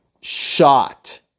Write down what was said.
shot